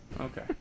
okay